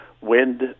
wind